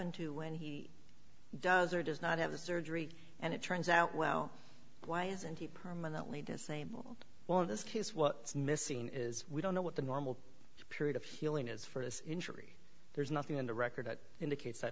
and to when he does or does not have the surgery and it turns out well why isn't he permanently disabled well in this case what's missing is we don't know what the normal period of healing is for this injury there's nothing in the record that indicates that